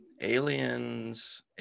aliens